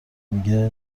میگه